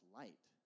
light